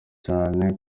cyane